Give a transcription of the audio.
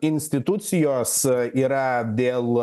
institucijos yra dėl